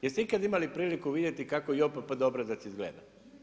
Jeste ikad imali priliku vidjeti kako JOPPD obrazac izgleda?